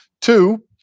two